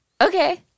Okay